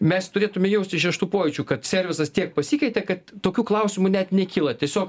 mes turėtume jausti šeštu pojūčiu kad servisas tiek pasikeitė kad tokių klausimų net nekyla tiesiog